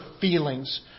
feelings